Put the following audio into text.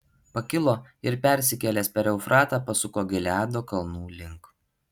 pakilo ir persikėlęs per eufratą pasuko gileado kalnų link